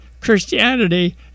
Christianity